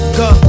go